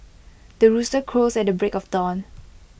the rooster crows at the break of dawn